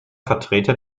vertreter